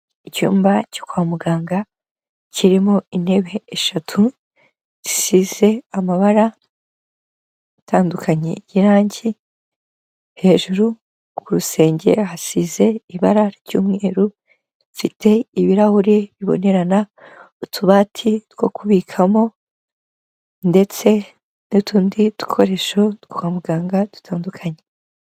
Icyumba cyo kwa muganga kirimo intebe eshatu, gisize amabara atandukanye y'irangi hejuru ku rusenge hasize ibara ry'umweru, rifite ibirahure bibonerana, utubati two kubikamo ndetse n'utundi dukoresho twa muganga dutandukanye.